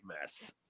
mess